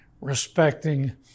respecting